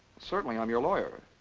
certainly, i'm your lawyer.